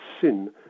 sin